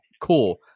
Cool